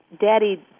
Daddy